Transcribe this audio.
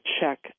check